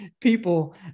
people